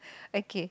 okay